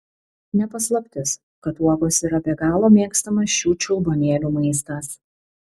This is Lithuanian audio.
ne paslaptis kad uogos yra be galo mėgstamas šių čiulbuonėlių maistas